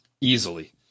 easily